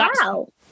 Wow